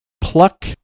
pluck